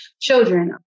children